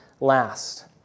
last